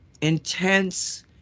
intense